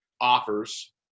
offers